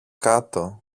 κάτω